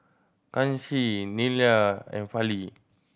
Kanshi Neila and Fali